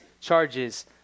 charges